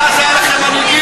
אבל אז היו לכם מנהיגים.